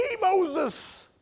Moses